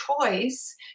choice